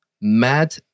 mad